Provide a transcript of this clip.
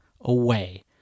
away